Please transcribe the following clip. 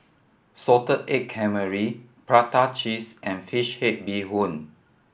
salted egg calamari prata cheese and fish head bee hoon